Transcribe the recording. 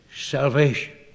salvation